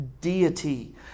deity